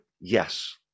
Yes